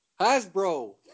Hasbro